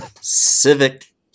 Civic